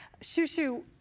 Shushu